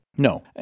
No